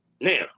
Now